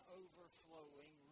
overflowing